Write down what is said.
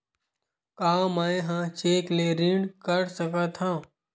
का मैं ह चेक ले ऋण कर सकथव?